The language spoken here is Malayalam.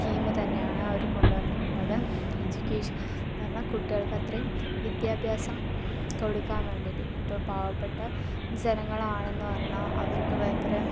സ്കീം തന്നെയാണ് അവർ കൊണ്ടു വന്നിട്ടുള്ളത് എഡ്യൂക്കേഷൻ എന്ന് പറഞ്ഞാൽ കുട്ടികൾക്ക് അത്രയും വിദ്യാഭ്യാസം കൊടുക്കാൻ വേണ്ടിയിട്ട് ഇപ്പോൾ പാവപ്പെട്ട ജനങ്ങളാണെന്ന് പറഞ്ഞാൽ അവർക്ക് ഭയങ്കര